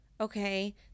okay